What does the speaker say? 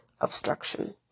obstruction